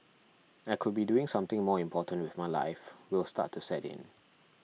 I could be doing something more important with my life will start to set in